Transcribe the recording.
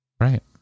Right